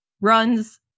runs